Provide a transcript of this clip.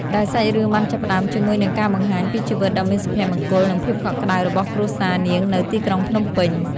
ដែលសាច់រឿងបានចាប់ផ្ដើមជាមួយនឹងការបង្ហាញពីជីវិតដ៏មានសុភមង្គល និងភាពកក់ក្ដៅរបស់គ្រួសារនាងនៅទីក្រុងភ្នំពេញ។